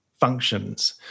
functions